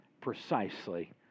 precisely